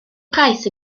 price